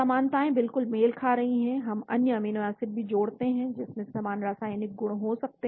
समानताएं बिल्कुल मेल खा रही है हम अन्य अमीनो एसिड भी जोड़ते हैं जिनमें समान रासायनिक गुण हो सकते हैं